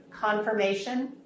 Confirmation